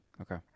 Okay